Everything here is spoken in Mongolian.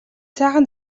сайхан